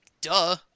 Duh